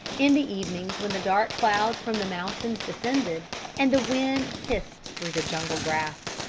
in the evenings, when the dark clouds from the mountains descended and the wind hissed through the jungle grass,